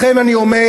לכן אני אומר: